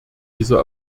dieser